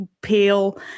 pale